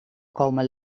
komen